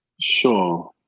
Sure